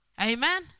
Amen